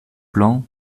plan